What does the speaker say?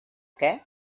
què